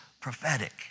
prophetic